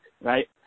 right